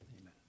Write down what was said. Amen